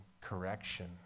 correction